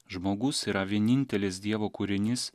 žmogus yra vienintelis dievo kūrinys